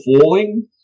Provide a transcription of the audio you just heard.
falling